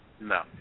No